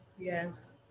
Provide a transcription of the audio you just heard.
Yes